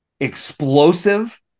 explosive